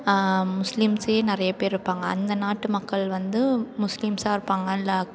முஸ்லீம்ஸே நிறைய பேர் இருப்பாங்க அந்த நாட்டு மக்கள் வந்து முஸ்லீம்ஸாக இருப்பாங்க இல்லை